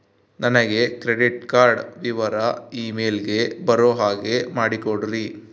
ನನಗೆ credit card ವಿವರ email ಗೆ ಬರೋ ಹಾಗೆ ಮಾಡಿಕೊಡ್ರಿ?